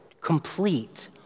complete